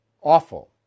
Awful